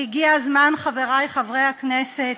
והגיע הזמן, חברי חברי הכנסת,